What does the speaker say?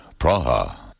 Praha